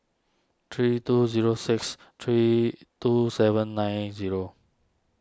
three two zero six three two seven nine zero